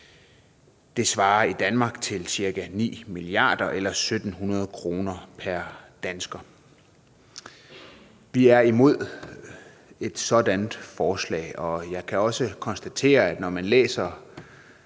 Det svarer i Danmark til ca. 9 mia. kr. eller 1.700 kr. pr. dansker. Vi er imod et sådan forslag, og jeg kan også konstatere, at når man læser